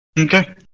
Okay